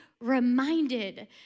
reminded